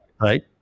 right